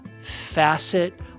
facet